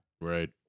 Right